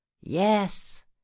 yes